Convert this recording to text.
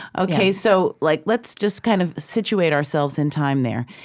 ok, so like let's just kind of situate ourselves in time there.